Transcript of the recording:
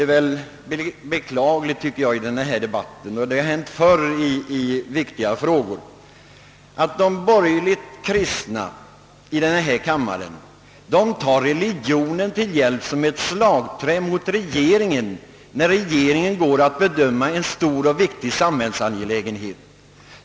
Det är beklagligt att i den här debatten, och det har hänt förr i viktiga frågor, de borgerliga kristna här i kammaren tar religionen till hjälp som ett slagträ mot regeringen, när regeringen går att bedöma en stor och viktig samhällsangelägenhet.